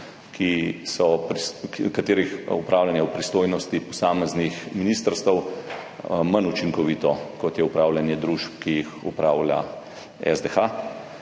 da je upravljanje družb v pristojnosti posameznih ministrstev manj učinkovito, kot je upravljanje družb, ki jih upravlja SDH.